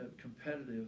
competitive